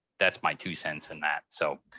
that's my two cents in that. so